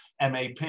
MAP